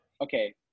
Okay